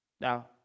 Now